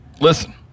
listen